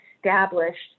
established